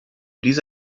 diese